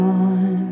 on